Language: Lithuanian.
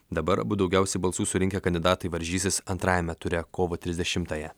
dabar abu daugiausiai balsų surinkę kandidatai varžysis antrajame ture kovo trisdešimtąją